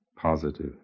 Positive